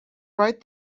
write